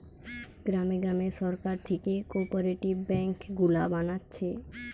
গ্রামে গ্রামে সরকার থিকে কোপরেটিভ বেঙ্ক গুলা বানাচ্ছে